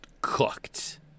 cooked